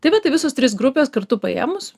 tai vat tai visos trys grupės kartu paėmus